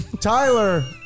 Tyler